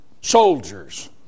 soldiers